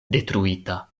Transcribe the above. detruita